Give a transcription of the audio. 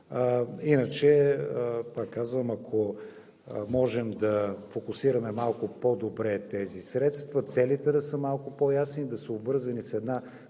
казвам, ако можем да фокусираме малко по-добре тези средства, целите да са малко по-ясни, да са обвързани с една